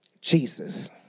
Jesus